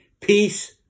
peace